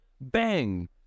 bang